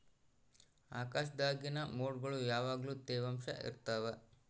ಆಕಾಶ್ದಾಗಿನ ಮೊಡ್ಗುಳು ಯಾವಗ್ಲು ತ್ಯವಾಂಶ ಇರ್ತವ